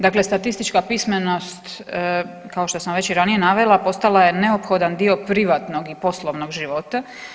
Dakle, statistička pismenost kao što sam već i ranije navela postala je neophodan dio privatnog i poslovnog života.